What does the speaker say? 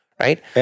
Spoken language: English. Right